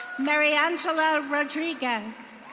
mary angela rodriguez.